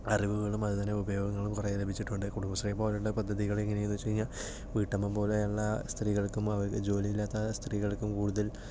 അറിവുകളും അതിന് ഉപയോഗങ്ങളും കുറെ ലഭിച്ചിട്ടുണ്ട് കുടുംബശ്രീ പോലുള്ള പദ്ധതികൾ എങ്ങനെയെന്ന് വച്ച് കഴിഞ്ഞാൽ വീട്ടമ്മ പോലെയുള്ള സ്ത്രീകൾക്കും ജോലിയില്ലാത്ത സ്ത്രീകൾക്കും കൂടുതൽ